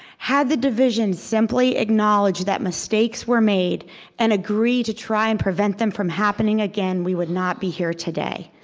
had the division simply acknowledged that mistakes were made and agreed to try and prevent them from happening again we would not be here today.